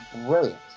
brilliant